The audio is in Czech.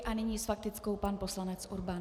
A nyní s faktickou pan poslanec Urban.